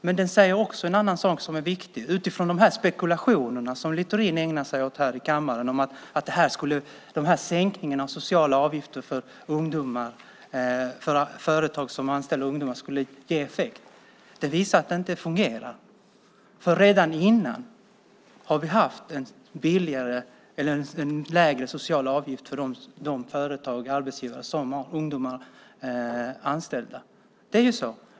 Men det säger också en annan sak som är viktig, utifrån de spekulationer som Littorin ägnar sig åt här i kammaren, och det är att sänkningen av sociala avgifter för företag som anställer ungdomar skulle ge effekt. Det visar sig att det inte fungerar. Redan innan har vi haft lägre sociala avgifter för de arbetsgivare som har ungdomar anställda. Det är ju så.